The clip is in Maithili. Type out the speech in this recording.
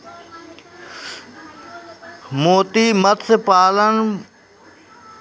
मोती मतस्य पालन बड़ो लाभकारी हुवै छै